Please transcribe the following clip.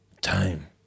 time